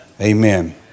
Amen